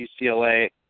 UCLA